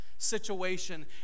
Situation